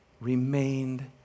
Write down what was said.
remained